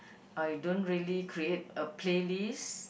I don't really create a playlist